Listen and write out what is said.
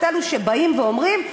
את אלה שבאים ואומרים,